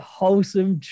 wholesome